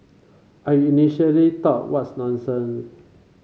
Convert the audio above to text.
I initially thought what nonsen